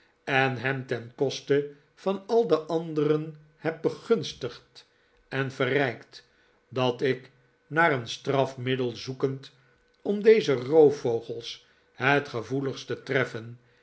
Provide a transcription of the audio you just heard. en hem ten koste van al de anderen heb bbgunstigd en verrijkt dat ik naar een strafmiddel zoekend om deze roofvogels het gevoeligst te treffen